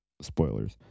spoilers